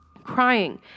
crying